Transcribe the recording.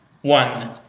One